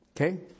Okay